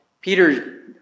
Peter